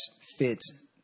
fits